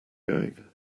going